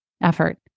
effort